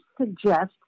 suggest